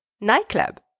nightclub